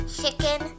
chicken